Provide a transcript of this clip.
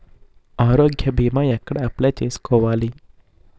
ఆరోగ్య భీమా ఎక్కడ అప్లయ్ చేసుకోవాలి?